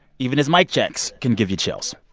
even his mic checks can give you chills.